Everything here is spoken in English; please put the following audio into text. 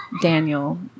Daniel